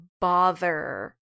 bother